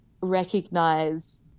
recognize